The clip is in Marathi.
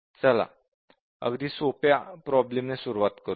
चला अगदी सोप्या प्रॉब्लेम ने सुरुवात करूया